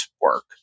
work